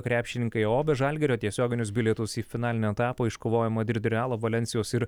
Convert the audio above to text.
krepšininkai o be žalgirio tiesioginius bilietus į finalinio etapo iškovojo madrido realo valensijos ir